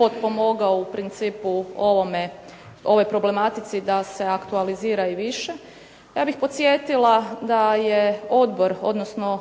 potpomogao u principu ovoj problematici da se aktualizira i više. Ja bih podsjetila da je odbor, odnosno